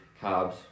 carbs